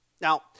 Now